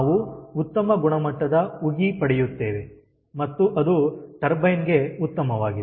ನಾವು ಉತ್ತಮ ಗುಣಮಟ್ಟದ ಉಗಿ ಪಡೆಯುತ್ತೇವೆ ಮತ್ತು ಅದು ಟರ್ಬೈನ್ ಗೆ ಉತ್ತಮವಾಗಿದೆ